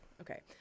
Okay